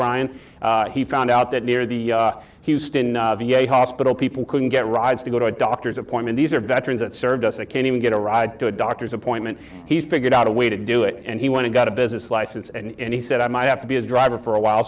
brian he found out that near the houston v a hospital people couldn't get rides to go to a doctor's appointment these are veterans that served us and can't even get a ride to a doctor's appointment he figured out a way to do it and he wanted got a business license and he said i might have to be a driver for a while